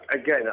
again